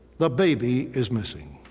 the baby is missing.